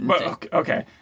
Okay